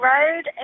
Road